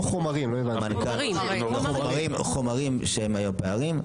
כלומר חומרים שהם פערים,